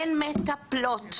אין מטפלות,